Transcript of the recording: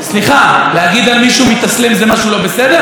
סליחה, להגיד על מישהו "מתאסלם" זה משהו לא בסדר?